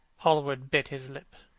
hallward bit his lip.